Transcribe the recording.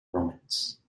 romans